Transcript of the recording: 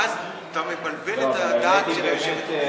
ואז אתה מבלבל את הדעת של היושבת-ראש.